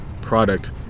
product